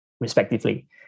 respectively